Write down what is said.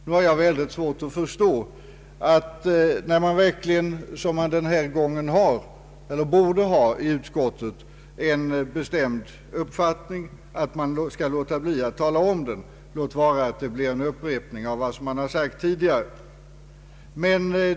Nu har jag mycket svårt att förstå att när man inom utskottet, som i det här fallet, borde ha en bestämd uppfattning man ändå skall låta bli att framföra den; låt vara att det blir en upprepning av vad man har sagt tidigare.